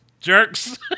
jerks